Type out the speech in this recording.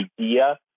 idea